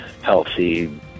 healthy